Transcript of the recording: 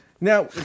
Now